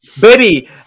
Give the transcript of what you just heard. Baby